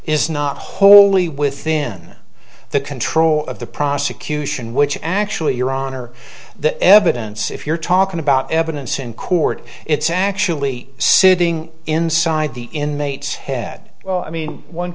is not wholly within the control of the prosecution which actually your honor the evidence if you're talking about evidence in court it's actually sitting inside the inmates head i mean one